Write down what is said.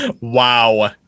wow